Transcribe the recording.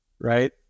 right